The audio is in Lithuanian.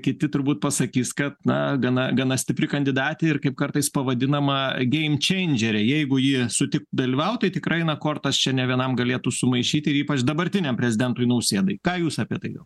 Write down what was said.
kiti turbūt pasakys kad na gana gana stipri kandidatė ir kaip kartais pavadinama geimčendžere jeigu ji sutiktų dalyvaut tikrai na kortas čia ne vienam galėtų sumaišyti ir ypač dabartiniam prezidentui nausėdai ką jūs apie tai